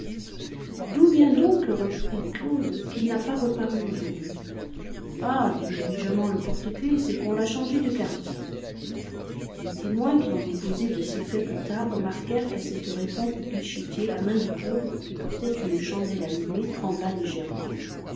d'où vient donc reprit claude qu'il n'a pas reparu aujourd'hui ah dit négligemment le porte-clefs c'est qu'on l'a changé de quartier les témoins qui ont déposé de ces faits plus tard remarquèrent qu'à cette réponse du guichetier la main de claude qui portait une chandelle allumée trembla légèrement